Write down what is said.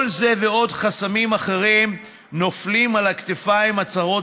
כל זה ועוד חסמים אחרים נופלים על הכתפיים הצרות